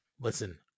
Listen